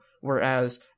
Whereas